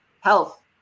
health